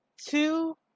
two